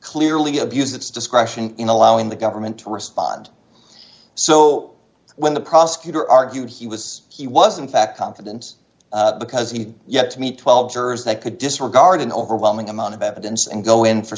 clearly abused its discretion in allowing the government to respond so when the prosecutor argued he was he was in fact confidence because he yet to meet twelve jurors that could disregard an overwhelming amount of evidence and go in for